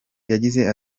yagize